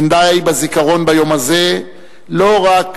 אין די בזיכרון ביום הזה,